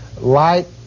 light